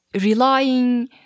relying